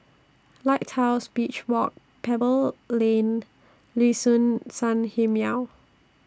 Lighthouse Beach Walk Pebble Lane Liuxun Sanhemiao